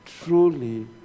truly